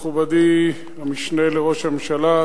מכובדי המשנה לראש הממשלה,